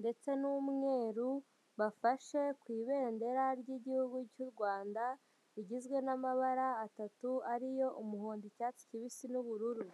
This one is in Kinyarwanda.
ndetse n'umweru, bafashe ku ibendera ry'igihugu cy'u Rwanda, rigizwe n'amabara atatu ariyo umuhondo, icyatsi kibisi n'ubururu.